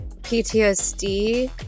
PTSD